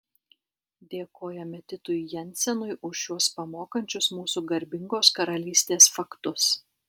dėkojame titui jensenui už šiuos pamokančius mūsų garbingos karalystės faktus